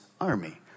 army